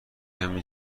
کمی